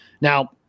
Now